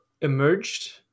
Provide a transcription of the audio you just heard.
emerged